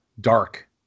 dark